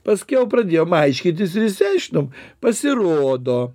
paskiau pradėjom aiškytis ir išsiaiškinom pasirodo